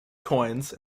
coins